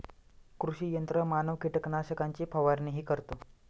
कृषी यंत्रमानव कीटकनाशकांची फवारणीही करतो